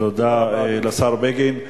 תודה לשר בגין.